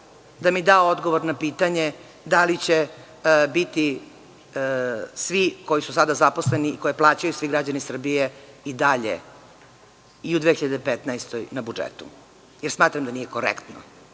da mi da odgovor na pitanje da li će biti svi koji su sada zaposleni i koje plaćaju svi građani Srbije i dalje i u 2015. godini na budžetu, jer smatram da nije korektno